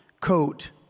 coat